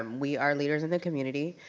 um we are leaders in the community.